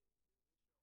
זה לא מעניין כרגע.